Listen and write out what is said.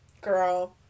girl